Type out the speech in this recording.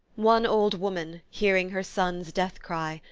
one old woman, hearing her son's deathcry,